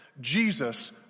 Jesus